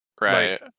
Right